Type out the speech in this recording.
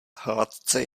hladce